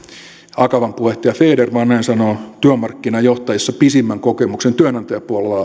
akavan puheenjohtaja fjäder vaan näin sanoo työmarkkinajohtajissa pisimmän kokemuksen työnantajapuolella